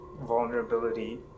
vulnerability